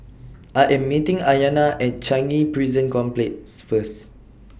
I Am meeting Ayanna At Changi Prison Complex First